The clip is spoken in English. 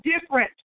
different